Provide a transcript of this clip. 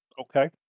Okay